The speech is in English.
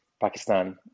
Pakistan